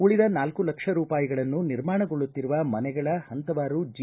ಉಳಿದ ನಾಲ್ಕು ಲಕ್ಷ ರೂಪಾಯಿಗಳನ್ನು ನಿರ್ಮಾಣಗೊಳ್ಳುತ್ತಿರುವ ಮನೆಗಳ ಹಂತವಾರು ಜಿ